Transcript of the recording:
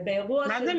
זה בדיוק